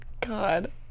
God